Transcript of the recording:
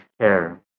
care